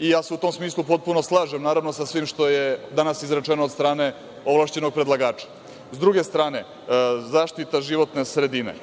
Ja se u tom smislu potpuno slažem, naravno, sa svim što je danas izrečeno od strane ovlašćenog predlagača.S druge strane, zaštita životne sredine,